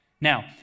Now